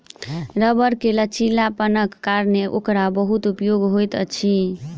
रबड़ के लचीलापनक कारणेँ ओकर बहुत उपयोग होइत अछि